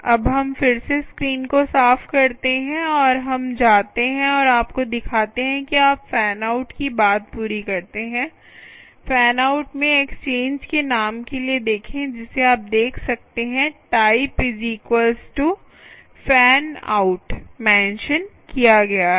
अब हम फिर से स्क्रीन को साफ करते हैं और हम जाते हैं और आपको दिखाते हैं कि आप फैन आउट की बात पूरी करते हैं फैन आउट में एक्सचेंज के नाम के लिए देखें जिसे आप देख सकते हैं type fan out typefan out mention किया गया है